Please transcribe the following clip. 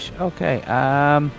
Okay